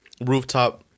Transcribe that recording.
rooftop